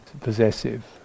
possessive